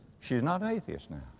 she is not an atheist now.